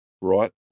brought